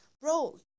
bro